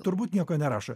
turbūt nieko nerašo